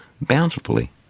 bountifully